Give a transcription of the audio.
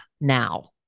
now